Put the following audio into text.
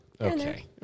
Okay